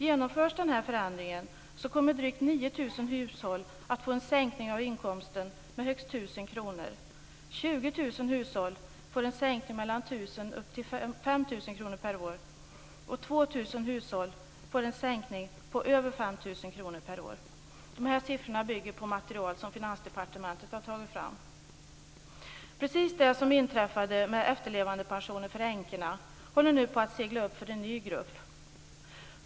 Genomförs den här förändringen kommer drygt 1 000 kr och upp till 5 000 kr per år. 2 000 hushåll får en sänkning på över 5 000 kr per år. De här siffrorna bygger på material som Finansdepartementet har tagit fram. Precis det som inträffade med efterlevandepensionen för änkorna håller nu på att segla upp för en ny grupp.